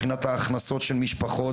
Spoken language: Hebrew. מבחינת ההכנסות של משפחות,